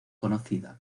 conocida